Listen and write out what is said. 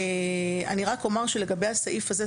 אני רק אומר שלגבי הסעיף הזה,